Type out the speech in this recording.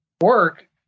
work